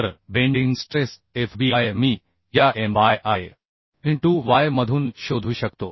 तर bending stress FBI मी या M by I into Y मधून शोधू शकतो